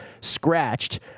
scratched